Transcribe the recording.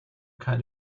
kind